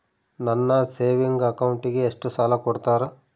ನನ್ನ ಸೇವಿಂಗ್ ಅಕೌಂಟಿಗೆ ಎಷ್ಟು ಸಾಲ ಕೊಡ್ತಾರ?